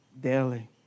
daily